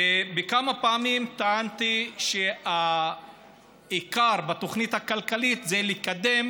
וכמה פעמים טענתי שהעיקר בתוכנית הכלכלית זה לקדם